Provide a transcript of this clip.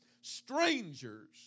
strangers